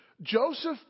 Joseph